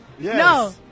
No